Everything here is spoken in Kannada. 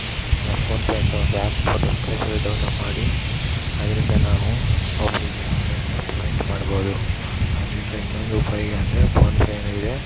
ಆಗ ಫೋನ್ಪೇ ಅಂತ ಒಂದು ಆ್ಯಪ್ ಡೌನ್ಲೋಡ್ ಪ್ಲೇ ಸ್ಟೋರಲ್ಲಿ ಡೌನ್ಲೋಡ್ ಮಾಡಿ ಅದರಿಂದ ನಾವು ಅವರಿಗೆ ಆನ್ಲೈನ ಪೇಮೆಂಟ್ ಮಾಡ್ಬೌದು ಅದರಿಂದ ಇನ್ನೊಂದು ಉಪಯೊಗ ಅಂದರೆ ಫೋನ್ಪೇಯು ಇದೆ